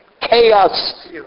chaos